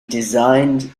designed